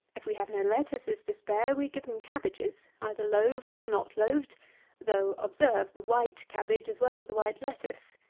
if we have no lettuces to spare, we give them cabbages, either loaved or not loaved though, observe, the white cabbage as well as the white lettuce,